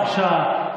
בבקשה,